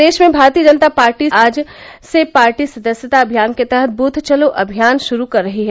प्रदेश में भारतीय जनता पार्टी आज से पार्टी सदस्यता अभियान के तहत बूथ चलो अभियान गुरु कर रही है